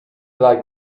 like